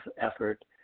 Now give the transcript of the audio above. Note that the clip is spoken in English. effort